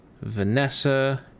Vanessa